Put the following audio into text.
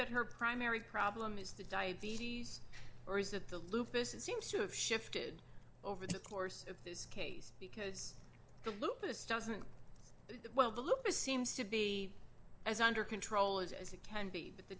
that her primary problem is the diabetes or is that the lupus it seems to have shifted over the course of this case because the lupus doesn't well the lupus seems to be as under control as it can be but the